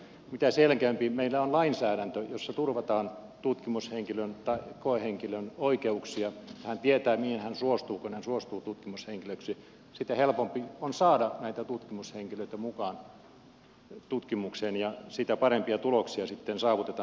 mitä selkeämpi meillä on lainsäädäntö jossa turvataan tutkimushenkilön koehenkilön oikeuksia hän tietää mihin hän suostuu kun hän suostuu tutkimushenkilöksi sitä helpompi on saada näitä tutkimushenkilöitä mukaan tutkimukseen ja sitä parempia tuloksia sitten saavutetaan